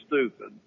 stupid